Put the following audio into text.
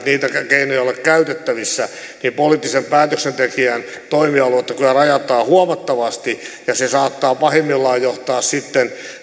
keinot eivät ole käytettävissä niin poliittisen päätöksentekijän toimialuetta kyllä rajataan huomattavasti ja se saattaa pahimmillaan johtaa sitten